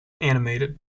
animated